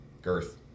Girth